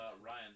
Ryan